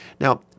Now